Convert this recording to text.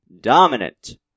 dominant